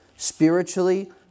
Spiritually